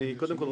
קודם כל,